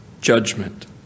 judgment